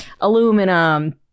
aluminum